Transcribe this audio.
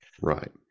Right